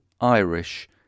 Irish